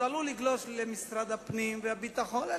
זה עלול לגלוש למשרדי הפנים והביטחון.